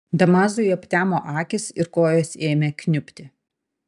damazui aptemo akys ir kojos ėmė kniubti